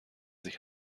sich